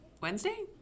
Wednesday